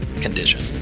condition